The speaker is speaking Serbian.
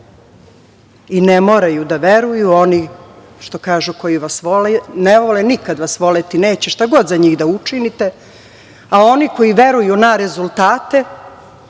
i ne moraju da veruju oni što kažu, koji vas vole, ne vole, nikad vas voleti neće, šta god za njih da učinite, a oni koji veruju na rezultate,